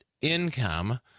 income